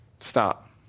stop